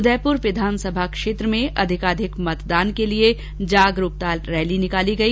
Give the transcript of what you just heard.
उदयपुर विधानसभा क्षेत्र में अधिकाधिक मतदान के लिए जागरूकता रैली निकाली गई